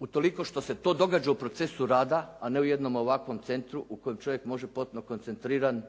utoliko što se to događa u procesu rada a ne u jednom ovakvom centru u kojem čovjek može potpuno koncentriran